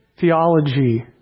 theology